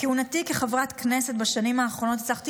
בכהונתי כחברת כנסת בשנים האחרונות הצלחתי